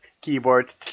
keyboard